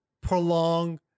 prolong